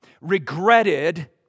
regretted